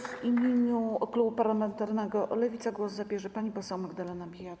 W imieniu klubu parlamentarnego Lewica głos zabierze pani poseł Magdalena Biejat.